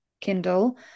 Kindle